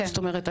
זאת אומרת,